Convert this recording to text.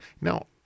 Now